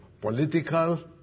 political